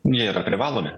jie yra privalomi